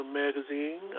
magazine